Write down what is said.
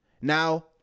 Now